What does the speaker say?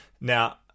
Now